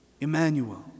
Emmanuel